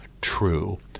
true